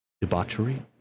debauchery